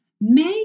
Make